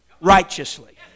righteously